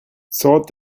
thought